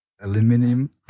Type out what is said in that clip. aluminum